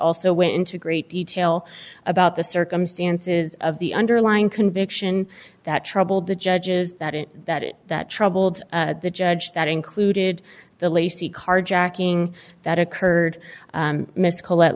also went into great detail about the circumstances of the underlying conviction that troubled the judges that it that it that troubled the judge that included the lacie carjacking that occurred miscall at